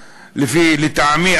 לטעמי,